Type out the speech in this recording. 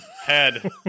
head